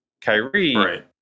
kyrie